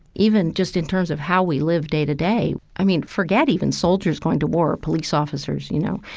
even just in terms of how we live day to day. i mean, forget even soldiers going to war or police officers, you know,